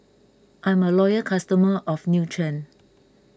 I'm a loyal customer of Nutren